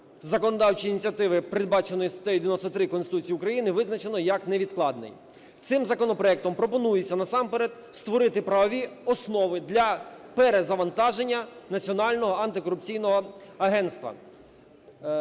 законодавчої ініціативи, передбаченою статтею 93 Конституції України визначено як невідкладний. Цим законопроектом пропонується насамперед створити правові основи для перезавантаження Національного антикорупційного агентства.